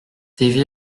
tva